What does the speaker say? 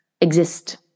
exist